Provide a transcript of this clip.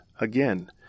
again